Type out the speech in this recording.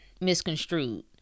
misconstrued